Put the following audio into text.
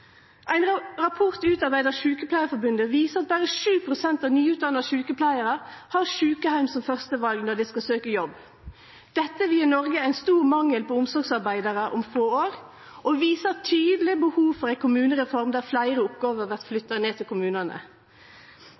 Ein rapport utarbeidd av Sjukepleiarforbundet viser at berre 7 pst. av nyutdanna sjukepleiarar har sjukeheim som førsteval når dei skal søkje jobb. Dette vil gje Noreg ein stor mangel på omsorgsarbeidarar om få år, og viser tydeleg behovet for ei kommunereform der fleire oppgåver vert flytta ned til kommunane.